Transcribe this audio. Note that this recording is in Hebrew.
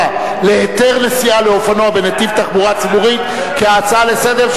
(היתר נסיעה לאופנוע בנתיב תחבורה ציבורית) כהצעה לסדר-היום,